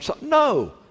No